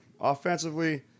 offensively